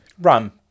Rum